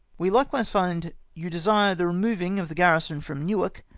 we likewise find you desire the removing of the garrison from newark,